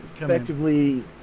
Effectively